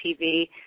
TV